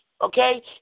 okay